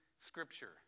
scripture